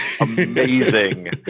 amazing